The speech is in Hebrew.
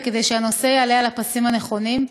וכדי שהנושא יעלה על הפסים הנכונים,